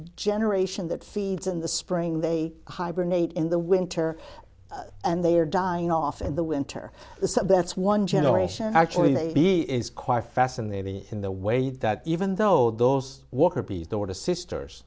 generation that feeds in the spring they hibernate in the winter and they are dying off in the winter so that's one generation actually maybe is quite fascinating in the way that even though those